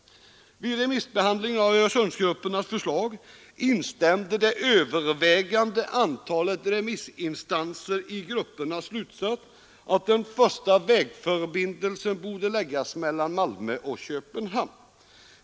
Vid remissbehandlingen av Öresundsgruppernas förslag instämde det övervägande antalet remissinstanser i gruppernas slutsats att den första vägförbindelsen borde läggas mellan Malmö och Köpenhamn.